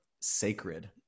sacred